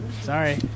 Sorry